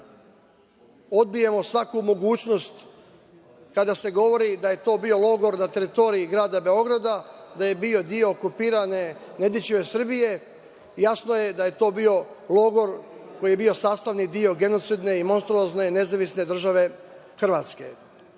odbijemo svaku mogućnost kada se govori da je to bio logor na teritoriji grada Beograda, da je bio deo okupirane Nedićeve Srbije. Jasno je da je to bio logor koji je bio sastavni deo genocidne i monstruozne Nezavisne Države